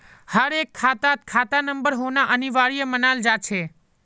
हर एक खातात खाता नंबर होना अनिवार्य मानाल जा छे